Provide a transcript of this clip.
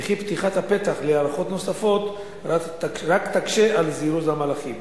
וכי פתיחת הפתח להארכות נוספות רק תקשה על זירוז המהלכים.